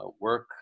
work